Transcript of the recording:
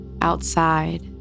outside